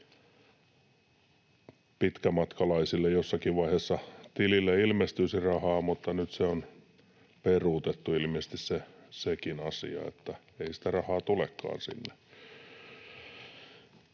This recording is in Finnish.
pitkänmatkalaisille jossakin vaiheessa tilille ilmestyisi rahaa, mutta nyt on ilmeisesti peruutettu sekin asia eikä sitä rahaa tulekaan sinne.